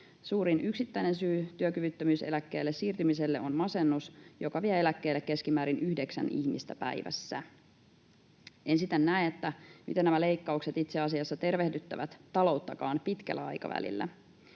Suurin yksittäinen syy työkyvyttömyyseläkkeelle siirtymiseen on masennus, joka vie eläkkeelle keskimäärin yhdeksän ihmistä päivässä. En siten näe, miten nämä leikkaukset itse asiassa tervehdyttävät talouttakaan pitkällä aikavälillä.